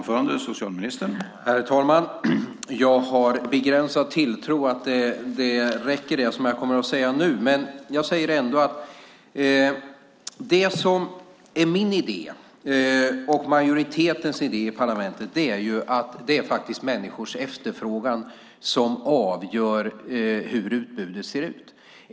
Herr talman! Jag har begränsad tilltro till att det jag nu kommer att säga räcker, men jag säger ändå att min idé, och majoritetens i parlamentet, är att det är människors efterfrågan som avgör hur utbudet ser ut.